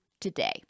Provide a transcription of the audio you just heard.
today